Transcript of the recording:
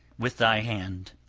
with thy hand!